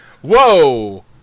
Whoa